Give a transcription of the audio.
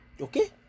Okay